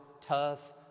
tough